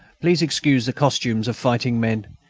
please excuse the costumes of fighting men.